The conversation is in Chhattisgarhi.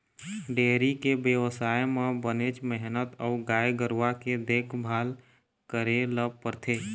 डेयरी के बेवसाय म बनेच मेहनत अउ गाय गरूवा के देखभाल करे ल परथे